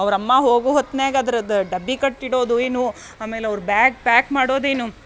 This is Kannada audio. ಅವ್ರ ಅಮ್ಮ ಹೋಗುವ ಹೊತ್ನ್ಯಾಗ ಅದ್ರದ್ದು ಡಬ್ಬಿ ಕಟ್ಟಿಡೋದು ಏನು ಆಮೇಲೆ ಅವ್ರ ಬ್ಯಾಗ್ ಪ್ಯಾಕ್ ಮಾಡೋದೇನು